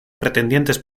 pretendientes